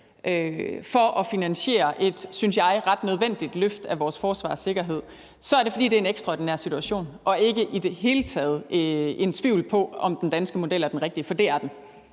finder finansieringen til et, synes jeg, ret nødvendigt løft af vores forsvar og sikkerhed ved at afskaffe en helligdag, så er det, fordi det er en ekstraordinær situation og ikke i det hele taget ud fra en tvivl om, om den danske model er den rigtige, for det er den.